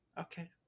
Okay